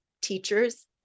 teachers